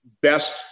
best